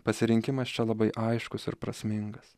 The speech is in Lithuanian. pasirinkimas čia labai aiškus ir prasmingas